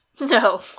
No